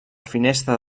finestra